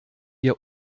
ihr